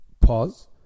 pause